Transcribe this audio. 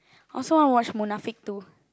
also I watch Munafik-two